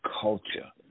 culture